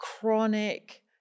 chronic